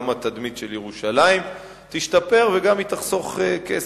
גם התדמית של ירושלים תשתפר וגם היא תחסוך כסף.